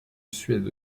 suède